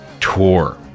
tour